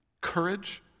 courage